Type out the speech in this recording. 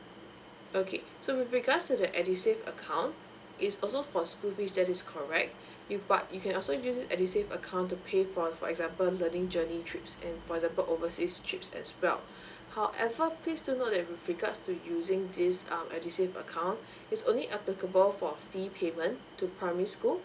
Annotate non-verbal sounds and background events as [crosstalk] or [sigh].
okay so with regards to the edusave account it's also for school fees that is correct [breath] you but you can also use this edusave account to pay for for example learning journey trips and for the port overseas trips as well [breath] however please do note that with regards to using this um edusave account [breath] it's only applicable for fee payment to primary school